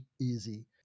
easy